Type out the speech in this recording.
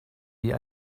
wie